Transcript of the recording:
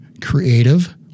creative